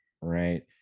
right